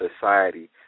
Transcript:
society